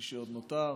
מי שעוד נותר,